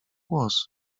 głos